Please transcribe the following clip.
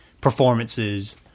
performances